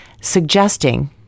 suggesting